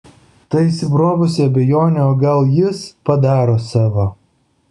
ta įsibrovusi abejonė o gal jis padaro savo